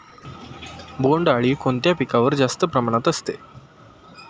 बोंडअळी कोणत्या पिकावर जास्त प्रमाणात असते?